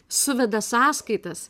suveda sąskaitas